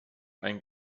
ein